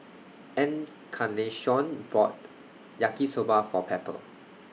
Encarnacion bought Yaki Soba For Pepper